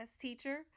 teacher